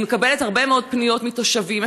אני מקבלת הרבה מאוד פניות מתושבים.